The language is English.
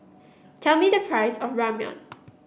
tell me the price of Ramyeon